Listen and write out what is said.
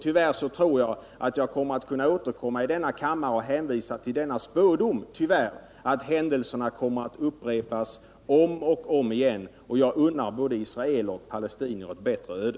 Tyvärr tror jag att jag kommer att få tillfälle att återvända till kammaren också i senare sammanhang och hänvisa till denna spådom om händelser som upprepas om och om igen. Jag unnar både israeler och palestinier ett bättre öde.